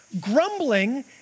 Grumbling